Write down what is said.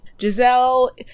Giselle